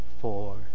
four